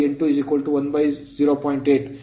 47 Ω ಪಡೆಯುತ್ತೇವೆ